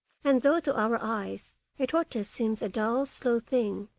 and though to our eyes a tortoise seems a dull, slow thing,